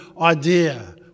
idea